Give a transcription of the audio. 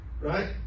Right